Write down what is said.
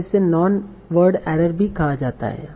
behalf ओर इसे non word error भी कहा जाता है